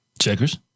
Checkers